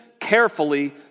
carefully